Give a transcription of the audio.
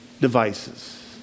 devices